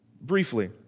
briefly